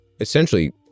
essentially